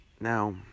Now